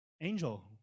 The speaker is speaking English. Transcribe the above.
Angel